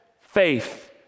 faith